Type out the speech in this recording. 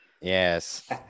yes